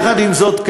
יחד עם זאת,